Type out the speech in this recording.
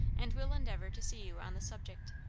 and will endeavor to see you on the subject.